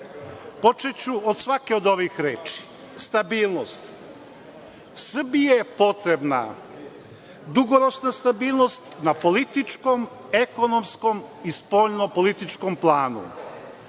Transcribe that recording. Počeću od svake od ovih reči. Stabilnost. Srbiji je potrebna dugoročna stabilnost na političkom, ekonomskom i spoljnopolitičkom planu.